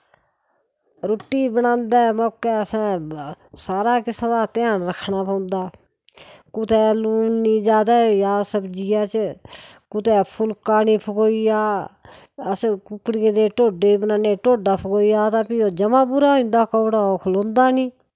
रुट्टी बनांदे मौकै असें सारे किसै दा ध्यान रक्खना पौंदा कुतै लून निं जादै होई जाऽ सब्जियै च कुतै फुलका निं फकोई जाऽ अस कुक्कड़ियें दे ढोडे बनान्नें ढोडा फकोई जाऽ तां फ्ही ओह् जमा पूरा होई जंदा कौड़ा ओह् खलोंदा निं